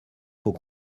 faut